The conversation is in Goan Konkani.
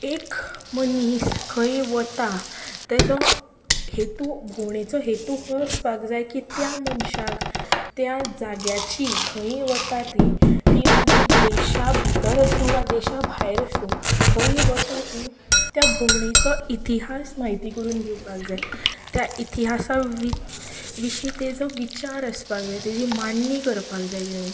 एक मनीस खंय वता तेचो हेतू भोंवडेचो हेतू हो आसपाक जाय की त्या मनशाक त्या जाग्याची खंयीय वता ती ती मागीर देशा भितर आसूं वा देशा भायर आसूं खंयीय वता ती त्या भोंवडेचो इतिहास म्हायती करून घेवपाक जाय त्या इतिहासा वी विशीं तेचो विचार आसपाक जाय तेची मांडणी करपाक जाय तेणीं